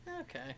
Okay